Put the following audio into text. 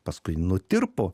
paskui nutirpo